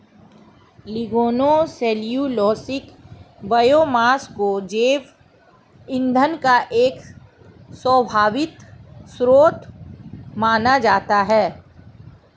lignocellulosic biomass को जैव ईंधन का एक संभावित स्रोत माना जाता है